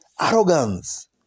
Arrogance